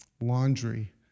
laundry